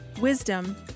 wisdom